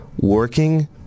working